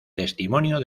testimonio